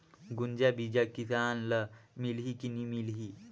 गुनजा बिजा किसान ल मिलही की नी मिलही?